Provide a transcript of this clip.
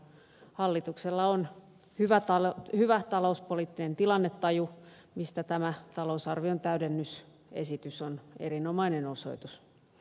hallituksella on hyvä talouspoliittinen tilannetaju mistä tämä talousarvion täydennysesitys on erinomainen osoitus